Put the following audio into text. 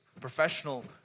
professional